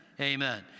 Amen